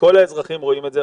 כל האזרחים רואים את זה,